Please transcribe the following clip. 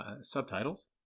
subtitles